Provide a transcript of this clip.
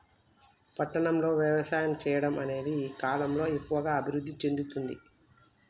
పట్టణం లో వ్యవసాయం చెయ్యడం అనేది ఈ కలం లో ఎక్కువుగా అభివృద్ధి చెందుతుంది